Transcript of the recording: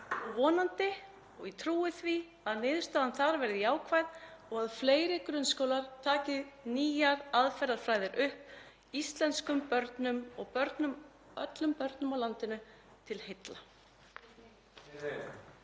fagnandi. Ég trúi því að niðurstaðan þar verði jákvæð og að fleiri grunnskólar taki nýjar aðferðir upp íslenskum börnum og öllum börnum á landinu til heilla.